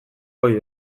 ohi